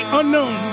unknown